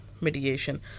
mediation